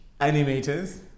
animators